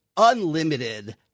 Unlimited